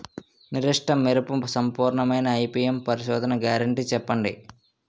నిర్దిష్ట మెరుపు సంపూర్ణమైన ఐ.పీ.ఎం పరిశోధన గ్యారంటీ చెప్పండి?